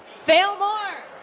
fail more!